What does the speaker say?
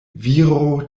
viro